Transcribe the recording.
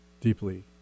deeply